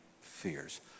fears